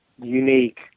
unique